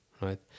right